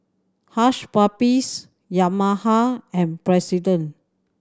Hush Puppies Yamaha and President